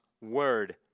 word